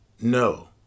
No